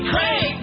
Craig